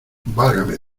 válgame